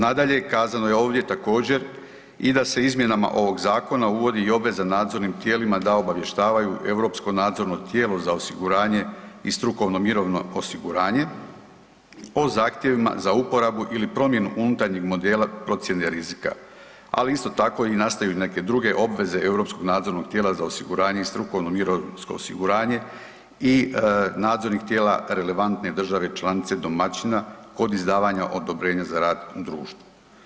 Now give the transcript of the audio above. Nadalje, kazano je ovdje također i da se izmjenama ovog zakona uvodi i obveza nadzornim tijelima da obavještavaju europsko nadzorno tijelo za osiguranje i strukovno mirovno osiguranje o zahtjevima za uporabu ili promjenu unutarnjeg modela procjene rizika, ali isto tako i nastaju i neke druge obveze europskog nadzornog tijela za osiguranje i strukovno mirovinsko osiguranje i nadzornih tijela relevantne države članice domaćina kod izdavanja odobrenja za rad u društvu.